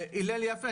הלל יפה,